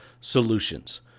solutions